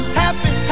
happy